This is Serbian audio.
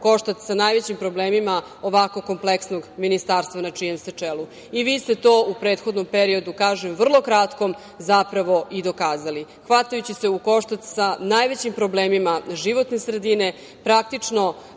koštac sa najvećim problemima ovako kompleksnog ministarstva na čijem ste čelu. Vi ste to u prethodnom periodu, kažem, vrlo kratkom, zapravo i dokazali, hvatajući se u koštac sa najvećim problemima životne sredine, praktično